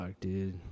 dude